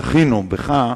זכינו בך,